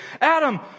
Adam